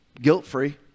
guilt-free